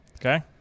Okay